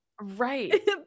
Right